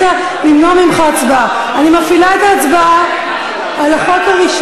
אתה רוצה להיות בהצבעה ואחר כך?